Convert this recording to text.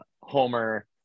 Homer